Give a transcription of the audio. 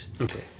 Okay